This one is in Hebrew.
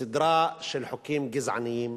סדרה של חוקים גזעניים